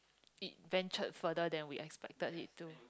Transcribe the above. it ventured further than we expected it to